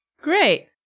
Great